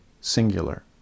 singular